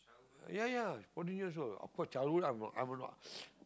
ya ya fourteen years old of course childhood I'm you know I'm